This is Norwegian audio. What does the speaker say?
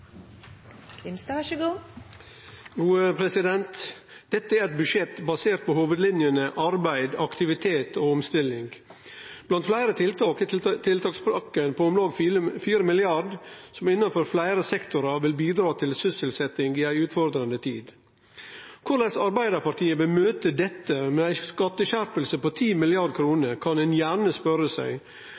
framtiden også. Så mye klarer vi ikke å krympe landet med kloke investeringer på samferdsel. Dette er eit budsjett basert på hovudlinjene arbeid, aktivitet og omstilling. Blant fleire tiltak er tiltakspakken på om lag 4 mrd. kr, som innanfor fleire sektorar vil bidra til sysselsetjing i ei utfordrande tid. Korleis Arbeidarpartiet vil møte dette med ei skatteskjerping på 10 mrd. kr, kan ein gjerne spørje seg